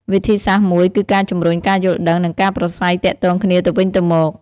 វិធីសាស្រ្តមួយគឺការជំរុញការយល់ដឹង និងការប្រាស្រ័យទាក់ទងគ្នាទៅវិញទៅមក។